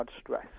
stress